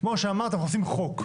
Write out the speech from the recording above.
כמו שאמרת, אנחנו עושים חוק.